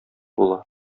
була